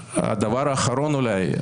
הדבר האחרון אולי,